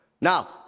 Now